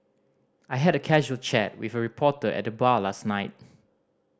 I had a casual chat with a reporter at the bar last night